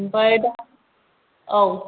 ओमफ्राय दा औ